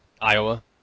Iowa